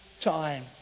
time